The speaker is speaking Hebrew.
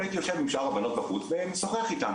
הייתי יושב עם שאר הבנות בחוץ ומשוחח איתן